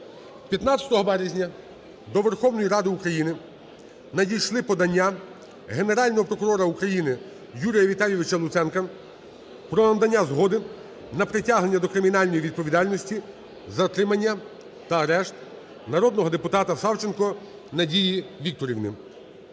15 березня до Верховної Ради України надійшли подання Генерального прокурора України Юрія Віталійовича Луценка про надання згоди на притягнення до кримінальної відповідальності, затримання та арешт народного депутата Савченко Надії Вікторівни.